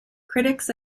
critics